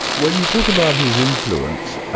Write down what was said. well you talk about his influence.